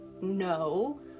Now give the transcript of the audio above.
no